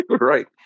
right